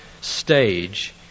stage